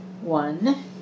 one